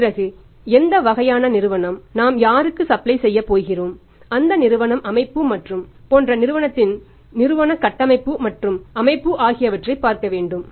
பிறகு இது எந்த வகையான நிறுவனம் நாம் யாருக்கு சப்ளை செய்யப் போகிறோம் அதன் நிறுவன அமைப்பு மற்றும் போன்ற நிறுவனத்தின் நிறுவனத்திற்கு நிறுவன கட்டமைப்பு மற்றும் அமைப்பு ஆகியவற்றைப் பார்க்க வேண்டும்